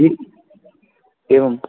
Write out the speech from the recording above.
एवम्